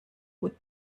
gut